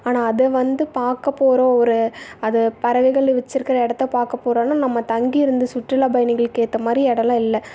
ஆனால் அதை வந்து பார்க்கப் போகிறோம் ஒரு அது பறவைகள் வச்சுருக்குற இடத்த பார்க்கப் போகிறோன்னா நம்ம தங்கி இருந்து சுற்றுலா பயணிகளுக்கு ஏற்ற மாதிரி இடல்லாம் இல்லை